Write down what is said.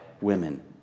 women